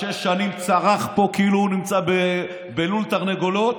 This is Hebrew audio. שש שנים צרח פה כאילו הוא נמצא בלול תרנגולות,